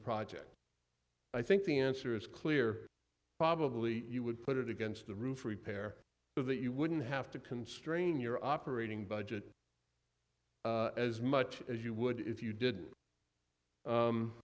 project i think the answer is clear probably you would put it against the roof repair but that you wouldn't have to constrain your operating budget as much as you would if you did